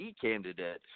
candidate